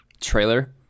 trailer